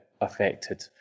affected